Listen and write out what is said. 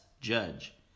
judge